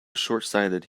shortsighted